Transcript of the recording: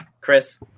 Chris